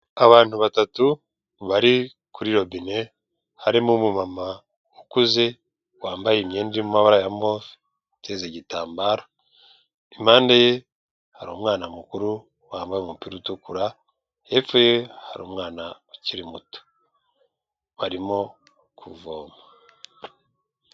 Abantu batatu bari kuri robine, harimo umumama ukuze, wambaye imyenda irimo amabara ya move, uteze igitambaro, impande ye hari umwana mukuru wambaye umupira utukura, hepfo ye hari umwana ukiri muto. Barimo kuvoma.